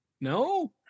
No